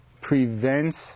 prevents